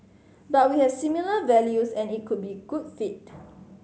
but we have similar values and it could be good fit